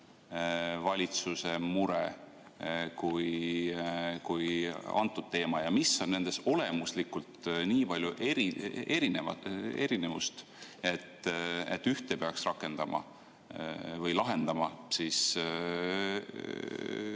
valitsuse mure kui antud teema? Ja mis on nendes olemuslikult nii palju erinevat, et ühte peaks rakendama või lahendama